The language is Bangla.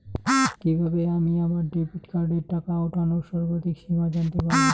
কিভাবে আমি আমার ডেবিট কার্ডের টাকা ওঠানোর সর্বাধিক সীমা জানতে পারব?